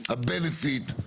הרווח,